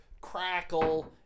Crackle